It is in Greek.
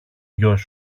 γιος